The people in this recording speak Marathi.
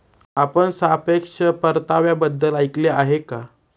आपण सापेक्ष परताव्याबद्दल ऐकले आहे का?